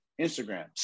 Instagram